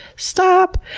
stop!